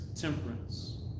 temperance